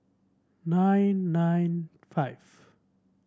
nine nine five